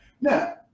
Now